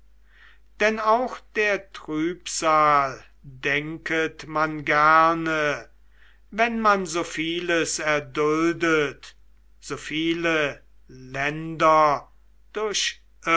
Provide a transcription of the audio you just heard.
denn auch der trübsal denket man gerne wenn man so vieles erduldet so viele länder durchirrt